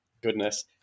Goodness